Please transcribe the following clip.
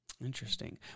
Interesting